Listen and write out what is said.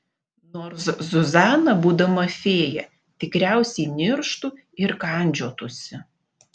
nors zuzana būdama fėja tikriausiai nirštų ir kandžiotųsi